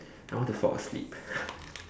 I want to fall asleep